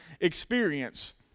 experience